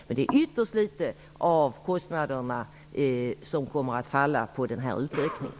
Men en ytterst ringa del av kostnaderna kommer att falla på den här utökningen.